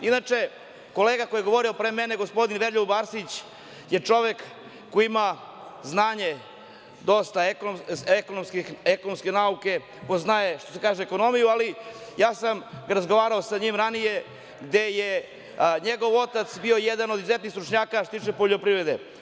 Inače, kolega koji je govorio pre mene, gospodin Veroljub Arsić, je čovek koji ima znanje, dosta iz ekonomskih nauka, poznaje, što se kaže, ekonomiju, ali ja sam razgovarao sa njim ranije, gde je njegov otac bio jedan od izuzetnih stručnjaka, što se tiče poljoprivrede.